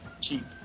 cheap